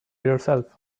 yourself